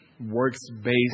works-based